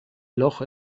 loch